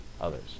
others